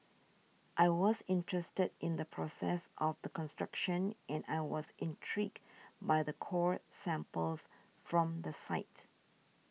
I was interested in the process of the construction and I was intrigued by the core samples from the site